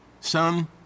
Son